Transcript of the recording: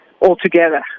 altogether